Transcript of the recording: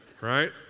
right